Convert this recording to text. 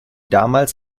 damals